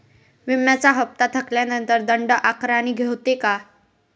विम्याचा हफ्ता थकल्यानंतर दंड आकारणी होते का?